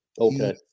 Okay